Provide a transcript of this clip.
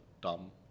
dumb